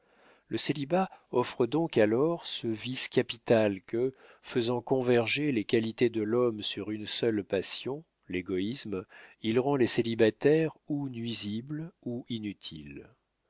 le célibat offre donc alors ce vice capital que faisant converger les qualités de l'homme sur une seule passion l'égoïsme il rend les célibataires ou nuisibles ou inutiles